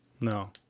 No